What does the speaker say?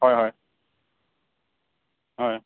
হয় হয় হয়